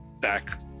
back